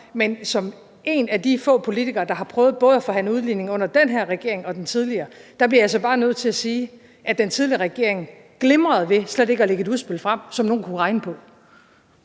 Men som en af de få politikere, der har prøvet at forhandle udligning under den her regering og den tidligere, bliver jeg bare nødt til at sige, at den tidligere regering glimrede ved slet ikke at lægge et udspil frem, som nogen kunne regne på.